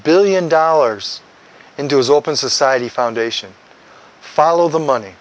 billion dollars into his open society foundation follow the money